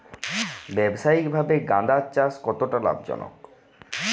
ব্যবসায়িকভাবে গাঁদার চাষ কতটা লাভজনক?